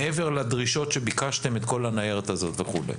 מעבר לדרישות שביקשתם את כל הניירת הזאת וכולי?